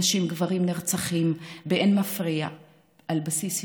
נשים וגברים נרצחים באין מפריע על בסיס יום-יומי.